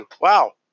wow